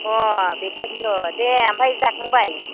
अह बेखायनोथ' दे ओमफ्राय जाखांबाय